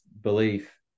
belief